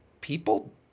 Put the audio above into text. people